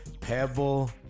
Pebble